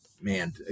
man